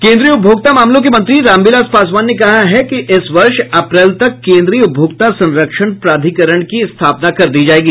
केन्द्रीय उपभोक्ता मामलो के मंत्री रामविलास पासवान ने कहा है कि इस वर्ष अप्रैल तक केन्द्रीय उपभोक्ता संरक्षण प्राधिकरण की स्थापना कर दी जायेगी